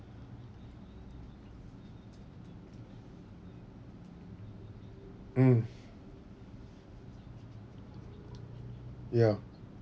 mm ya